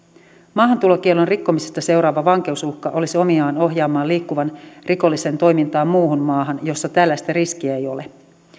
maahantulokiellon rikkomisesta seuraava vankeusuhka olisi omiaan ohjaamaan liikkuvan rikollisen toimintaa muuhun maahan jossa tällaista riskiä ei ole